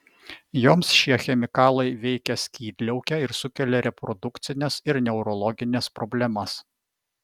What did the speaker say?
joms šie chemikalai veikia skydliaukę ir sukelia reprodukcines ir neurologines problemas